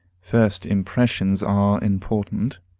first impressions are important.